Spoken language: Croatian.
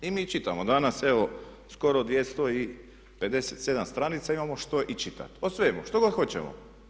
I mi čitamo danas evo skoro 257 stranica imamo što i čitati, o svemu, štogod hoćemo.